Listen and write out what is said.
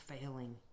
failing